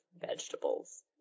vegetables